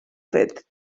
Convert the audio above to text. fet